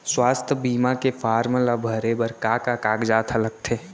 स्वास्थ्य बीमा के फॉर्म ल भरे बर का का कागजात ह लगथे?